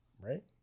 Right